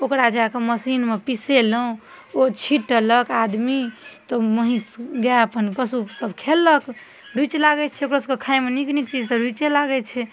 ओकरा जाकऽ मशीनमे पिसेलहुॅं ओ छिटलक आदमी तऽ महीस गाय अपन पशु सब खेलक रुचि लागै छै ओकरो सबके खायमे नीक नीक चीज तऽ रुइचे लागै छै